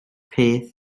peth